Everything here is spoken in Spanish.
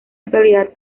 actualidad